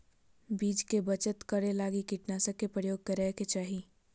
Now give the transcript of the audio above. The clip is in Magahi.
बीज के बचत करै लगी कीटनाशक के प्रयोग करै के चाही